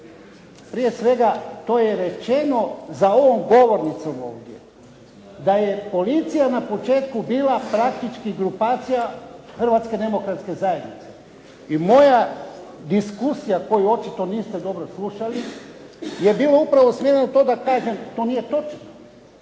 Prije svega to je rečeno za ovom govornicom ovdje, daje policija na početku bila praktički grupacija Hrvatske demokratske zajednice i moja diskusija koju očito niste dobro slušali je upravo u smjeru toga, kažem to nije točno.